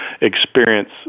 experience